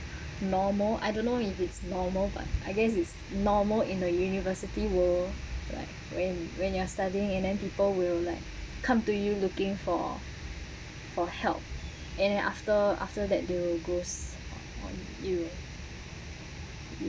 normal I don't know if it's normal but I guess it's normal in a university world like when when you're studying and then people will like come to you looking for for help and then after after that they will grows upon you